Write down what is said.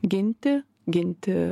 ginti ginti